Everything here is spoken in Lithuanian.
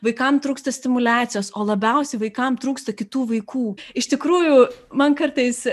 vaikam trūksta stimuliacijos o labiausiai vaikam trūksta kitų vaikų iš tikrųjų man kartais